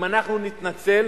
אם אנחנו נתנצל,